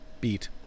beat